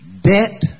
Debt